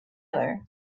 other